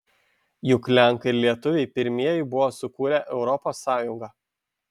juk lenkai ir lietuviai pirmieji buvo sukūrę europos sąjungą